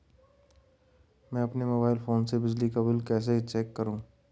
मैं अपने mobile phone से बिजली का बिल कैसे चेक करूं?